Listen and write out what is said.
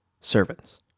servants